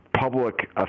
public